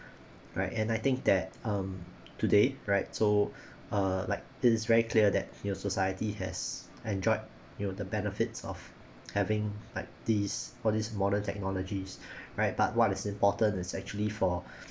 right and I think that um today right so uh like it's very clear that you know society has enjoyed you know the benefits of having like this for this modern technologies right but what is important is actually for